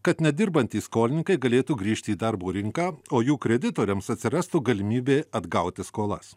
kad nedirbantys skolininkai galėtų grįžti į darbo rinką o jų kreditoriams atsirastų galimybė atgauti skolas